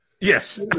Yes